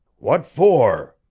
what for?